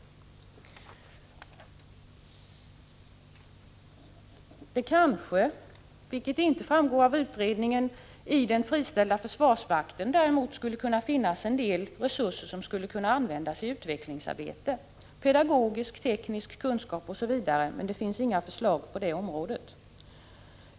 Däremot kanske det, vilket inte framgår av utredningen, bland de från försvarsmakten friställda skulle kunna finnas en del resurser som skulle kunna avändas i utvecklingsarbete; pedagogisk och teknisk kunskap osv. Men det finns inga förslag på det området.